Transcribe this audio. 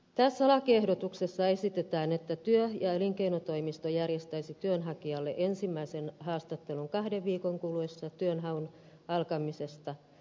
tässä lakiehdotuksessa esitetään että työ ja elinkeinotoimisto järjestäisi työnhakijalle ensimmäisen haastattelun kahden viikon kuluessa työnhaun alkamisesta